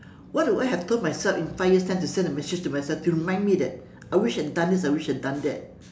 what do I have told myself in five years time to send a message to myself to remind me that I wish I had done this I wish I had done that